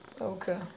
Okay